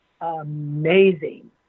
amazing